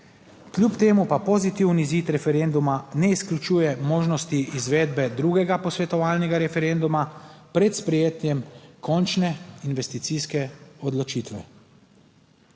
Kljub temu pa pozitivni izid referenduma ne izključuje možnosti izvedbe drugega posvetovalnega referenduma pred sprejetjem končne investicijske odločitve.